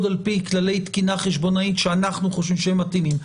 על פי כללי תקינה חשבונאית שאנחנו חושבים שהם מתאימים.